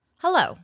Hello